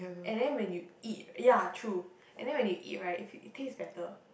and then when you eat ya true and then when you eat right you feel the taste is better